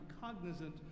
cognizant